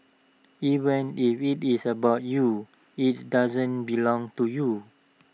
even if IT is about you IT doesn't belong to you